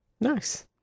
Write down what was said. Nice